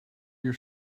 your